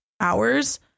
hours